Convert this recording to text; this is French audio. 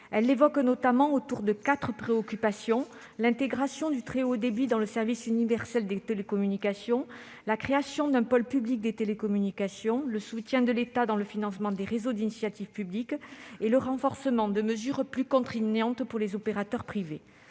de nos territoires. Quatre demandes sont formulées : l'intégration du très haut débit dans le service universel des télécommunications, la création d'un pôle public des télécommunications, le soutien de l'État dans le financement des réseaux d'initiative publique et le renforcement de mesures plus contraignantes pour les opérateurs privés.